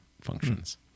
functions